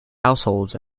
households